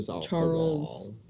Charles